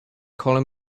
calling